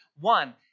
One